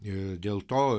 ir dėl to